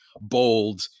bold